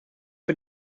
für